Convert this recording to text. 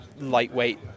lightweight